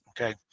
okay